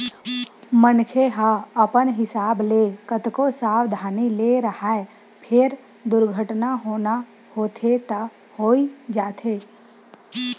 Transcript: मनखे ह अपन हिसाब ले कतको सवधानी ले राहय फेर दुरघटना होना होथे त होइ जाथे